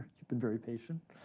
you've been very patient.